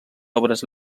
obres